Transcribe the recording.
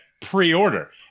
Pre-order